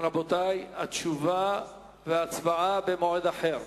רבותי, תשובה והצבעה במועד אחר.